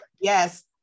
Yes